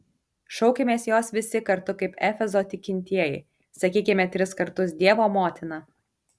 šaukimės jos visi kartu kaip efezo tikintieji sakykime tris kartus dievo motina